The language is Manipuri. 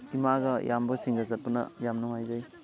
ꯏꯃꯥꯒ ꯏꯌꯥꯝꯕꯁꯤꯡꯒ ꯆꯠꯄꯅ ꯌꯥꯝ ꯅꯨꯡꯉꯥꯏꯖꯩ